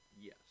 Yes